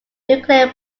nuclear